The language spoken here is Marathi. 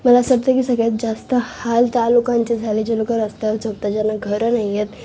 मला असं वाटते की सगळ्यात जास्त हाल त्या लोकांचे झाले जे लोकं रस्त्यावर झोपतात ज्यांना घरं नाही आहेत